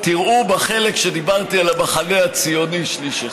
תראו בחלק שדיברתי על המחנה הציוני שליש אחד.